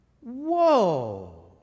Whoa